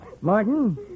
Martin